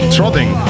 Trotting